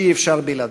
שאי-אפשר בלעדיו.